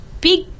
big